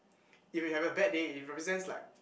if you have a bad day it represents like